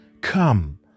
come